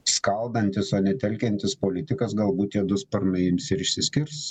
skaldantis o ne telkiantis politikas galbūt tie du sparnai ims ir išsiskirs